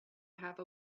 have